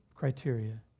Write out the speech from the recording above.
criteria